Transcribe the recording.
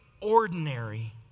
ordinary